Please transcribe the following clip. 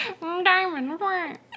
Diamond